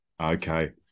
Okay